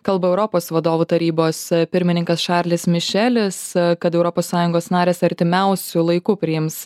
kalba europos vadovų tarybos pirmininkas šarlis mišelis kad europos sąjungos narės artimiausiu laiku priims